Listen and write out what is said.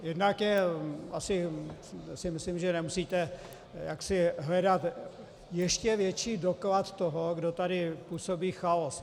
Jednak si myslím, že nemusíte jaksi hledat ještě větší doklad toho, kdo tady působí chaos.